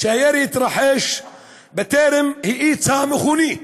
הירי התרחש בטרם האיצה המכונית,